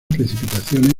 precipitaciones